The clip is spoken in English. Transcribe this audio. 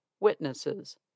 witnesses